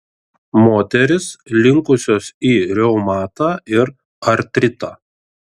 moterys linkusios į reumatą ir artritą